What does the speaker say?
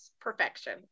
perfection